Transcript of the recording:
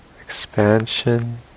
Expansion